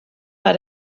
war